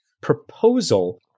proposal